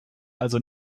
also